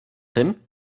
tym